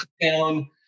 down